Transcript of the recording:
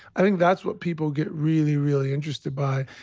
i think that's what people get really really interested by.